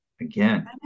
again